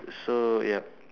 so yup